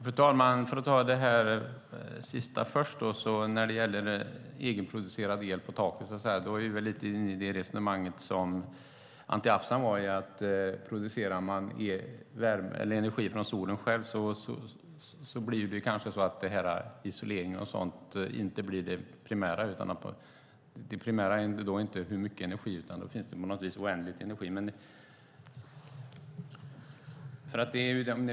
Fru talman! Jag tar det sista först. När det gäller egenproducerad el på taket är vi lite inne på det resonemang som Anti Avsan hade. Producerar man energi från solen själv blir kanske isolering och sådant inte det primära. Det primära är då inte hur mycket energi det är, utan då finns det på något vis oändligt med energi.